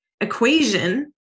equation